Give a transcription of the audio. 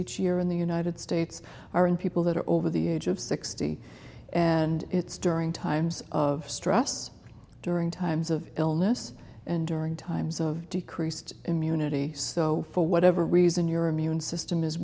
each year in the united states are in people that are over the age of sixty and it's during times of stress during times of illness and during times of decreased immunity so for whatever reason your immune system